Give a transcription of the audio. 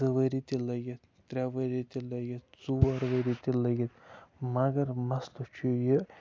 زٕ ؤری تہِ لٔگِتھ ترٛےٚ ؤری تہِ لٔگِتھ ژور ؤری تہِ لٔگِتھ مَگر مَسلہٕ چھُ یہِ